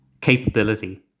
capability